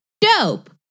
dope